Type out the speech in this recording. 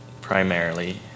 primarily